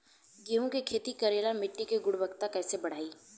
गेहूं के खेती करेला मिट्टी के गुणवत्ता कैसे बढ़ाई?